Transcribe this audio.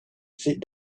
sit